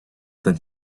then